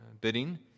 bidding